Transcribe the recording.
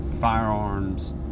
firearms